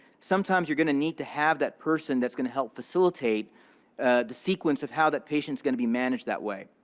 sometimes you're going to need to have that person that's going to help facilitate the sequence of how that patient is going to be managed that way.